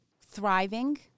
thriving